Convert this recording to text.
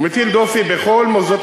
הוא מטיל דופי בכל מוסדות,